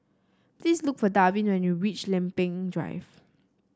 please look for Darvin when you reach Lempeng Drive